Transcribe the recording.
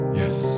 yes